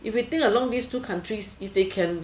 if you think along these two countries if they can